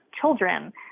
children